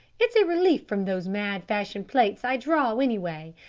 it's a relief from those mad fashion plates i draw, anyway.